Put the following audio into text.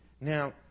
Now